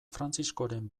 frantziskoren